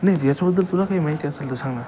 नाही ते याच्याबद्दल तुला काही माहिती असेल तर सांग ना